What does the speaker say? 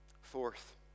Fourth